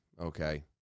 okay